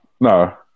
No